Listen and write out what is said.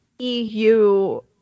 E-U